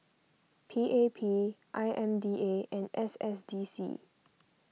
P A P I M D A and S S D C